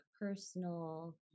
personal